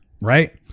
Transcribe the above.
right